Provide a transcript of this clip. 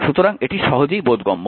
সুতরাং এটি সহজেই বোধগম্য